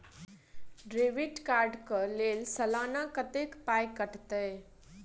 Debit card कऽ लेल सलाना कत्तेक पाई कटतै?